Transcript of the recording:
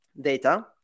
data